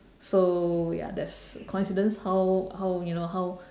so ya that's coincidence how how you know how